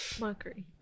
mockery